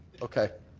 okay.